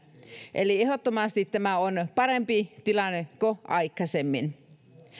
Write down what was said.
eli ehdottomasti tämä on parempi tilanne kuin aikaisemmin